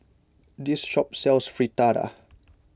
this shop sells Fritada